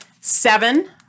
seven